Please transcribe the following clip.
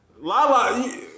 Lala